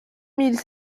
mille